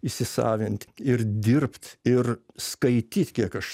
įsisavint ir dirbt ir skaityt kiek aš